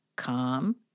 Calm